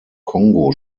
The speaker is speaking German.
kongo